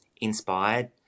inspired